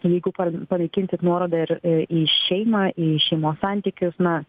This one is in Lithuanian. jeigu pa panaikinti nuorodą ir į šeimą į šeimos santykius na